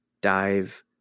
dive